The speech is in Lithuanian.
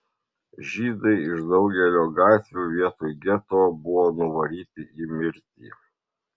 žydai iš daugelio gatvių vietoj geto buvo nuvaryti į mirtį